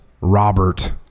Robert